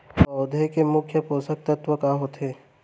पौधे के मुख्य पोसक तत्व का होथे?